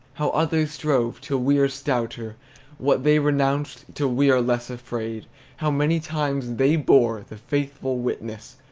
how others strove, till we are stouter what they renounced, till we are less afraid how many times they bore the faithful witness,